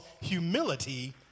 humility